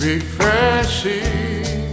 Refreshing